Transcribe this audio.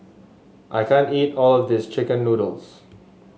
I can't eat all of this chicken noodles